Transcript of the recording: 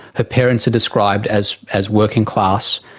her parents are described as as working class.